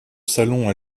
salon